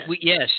Yes